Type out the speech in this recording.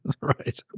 Right